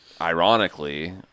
ironically